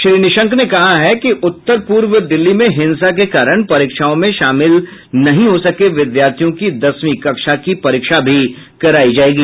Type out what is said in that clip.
श्री निशंक ने कहा है कि उत्तर पूर्व दिल्ली में हिंसा के कारण परीक्षाओं में शामिल नहीं हो सके विद्यार्थियों की दसवीं कक्षा की परीक्षा भी कराई जाएगी